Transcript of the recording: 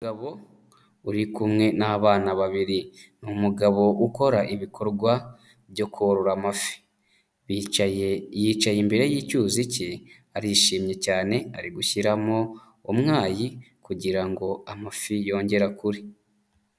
Umugabo uri kumwe n'abana babiri, ni umugabo ukora ibikorwa byo korora amafi, yicaye imbere y'icyuzi cye arishimye cyane ari gushyiramo umwayi kugira ngo amafi yongere akure.